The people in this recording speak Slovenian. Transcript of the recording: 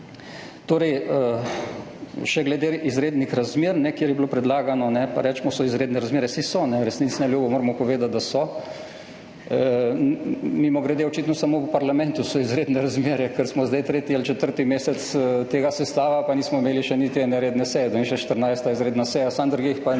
Torej, še glede izrednih razmer, kjer je bilo predlagano, pa recimo so izredne razmere. Saj so, resnici na ljubo moramo povedati, da so. Mimogrede, očitno so samo v parlamentu izredne razmere, ker smo zdaj tretji ali četrti mesec tega sestava, pa nismo imeli še niti ene redne seje, danes je 14. izredna seja, samo drugje jih pa ni,